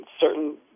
certain